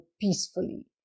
peacefully